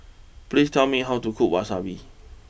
please tell me how to cook Wasabi